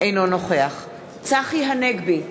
אינו נוכח צחי הנגבי,